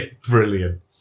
brilliant